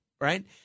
right